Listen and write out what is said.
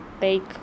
take